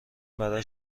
برام